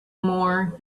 more